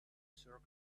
circuit